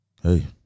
hey